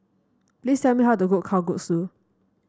please tell me how to cook Kalguksu